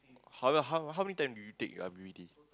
how many how how many time did you take your I_P_P_T